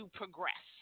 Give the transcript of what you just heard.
progress